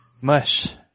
Mush